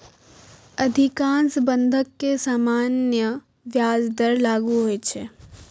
अधिकांश बंधक मे सामान्य ब्याज दर लागू होइ छै